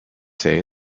say